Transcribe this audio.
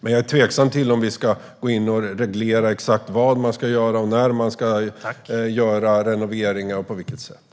Men jag är tveksam till att vi ska gå in och reglera exakt vad man ska göra och när och på vilket sätt renoveringar ska göras.